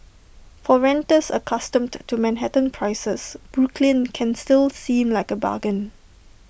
for renters accustomed to Manhattan prices Brooklyn can still seem like A bargain